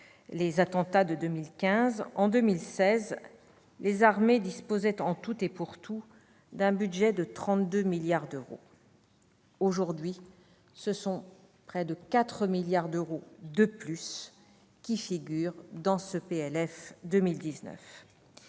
les attentats de 2015, les armées disposaient en tout et pour tout d'un budget de 32 milliards d'euros. Aujourd'hui, ce sont près de 4 milliards d'euros de plus qui figurent dans ce PLF 2019.